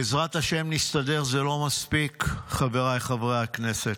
"בעזרת השם נסתדר" זה לא מספיק, חבריי חברי הכנסת.